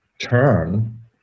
turn